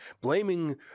blaming